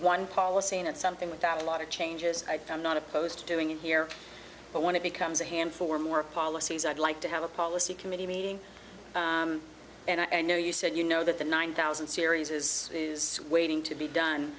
one policy and it's something without a lot of changes i'm not opposed to doing it here but when it becomes a hand for more policies i'd like to have a policy committee meeting and i know you said you know that the one thousand series is is waiting to be done